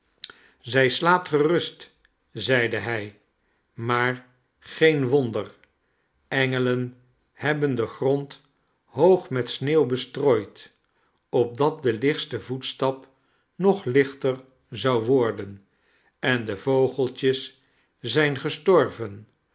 zij slaapt gerust zeide hij maar geen wonder engelen hebben den grond hoog met sneeuw bestrooid opdat de lichtste voetstap nog lichter zou worden en de vogeltjes zijn gestorven